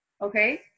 okay